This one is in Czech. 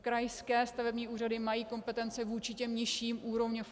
Krajské stavební úřady mají kompetenci vůči nižším úrovním.